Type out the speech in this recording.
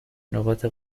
نقاط